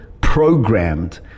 programmed